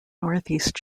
northeast